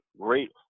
great